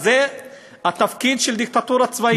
אז זה התפקיד של דיקטטורה צבאית.